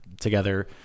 together